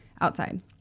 outside